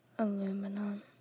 Aluminum